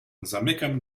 zamykam